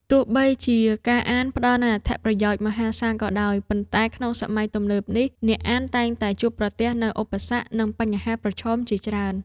ទោះបីជាការអានផ្ដល់នូវអត្ថប្រយោជន៍មហាសាលក៏ដោយ ប៉ុន្តែក្នុងសម័យទំនើបនេះ អ្នកអានតែងតែជួបប្រទះនូវឧបសគ្គ និងបញ្ហាប្រឈមជាច្រើន។